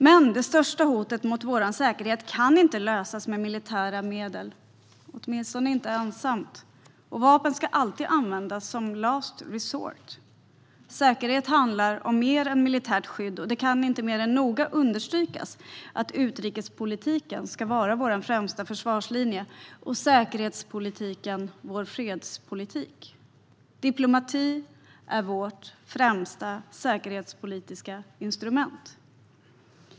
Men de största hoten mot vår säkerhet kan inte lösas med militära medel - åtminstone inte ensamt. Vapen ska alltid användas som last resort. Säkerhet handlar om mer än militärt skydd. Det kan inte mer än nog understrykas att utrikespolitiken ska vara vår främsta försvarslinje och säkerhetspolitiken vår fredspolitik. Diplomati är vårt främsta säkerhetspolitiska instrument.